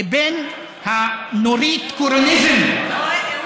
לבין נורית קורניזם אהוד ברק לא היה שופט.